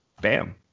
bam